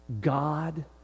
god